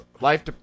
Life